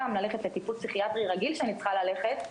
סתם ללכת לטיפול פסיכיאטרי רגיל שאני צריכה ללכת,